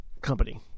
company